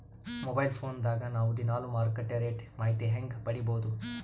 Mobile phone ದಾಗ ನಾವು ದಿನಾಲು ಮಾರುಕಟ್ಟೆ ರೇಟ್ ಮಾಹಿತಿ ಹೆಂಗ ಪಡಿಬಹುದು?